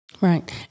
Right